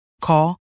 Call